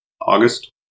August